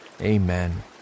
amen